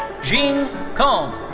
jing kong.